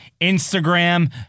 Instagram